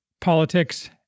politics